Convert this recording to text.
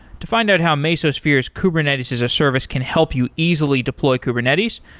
to find out how meossphere's kubernetes as a service can help you easily deploy kubernetes,